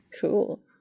Cool